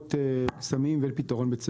פתרונות קסמים ואין פתרון בית ספר.